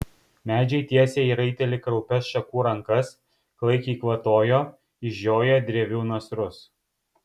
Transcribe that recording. medžiai tiesė į raitelį kraupias šakų rankas klaikiai kvatojo išžioję drevių nasrus